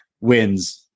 wins